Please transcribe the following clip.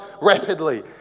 rapidly